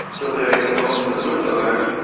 so they got lost in switzerland.